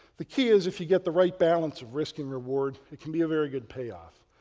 the key is, if you get the right balance of risk and reward, it can be a very good payoff.